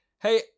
hey